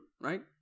right